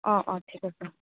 অঁ অঁ ঠিক আছে